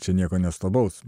čia nieko nuostabaus